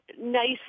nice